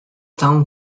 town